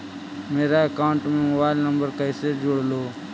मेरा अकाउंटस में mobile number कैसे जुड़उ?